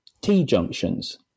T-junctions